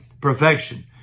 perfection